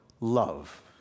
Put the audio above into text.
love